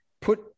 put